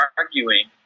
arguing